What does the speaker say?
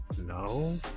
No